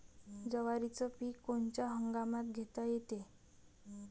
जवारीचं पीक कोनच्या हंगामात घेता येते?